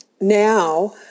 Now